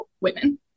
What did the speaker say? women